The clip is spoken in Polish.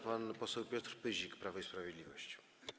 Pan poseł Piotr Pyzik, Prawo i Sprawiedliwość.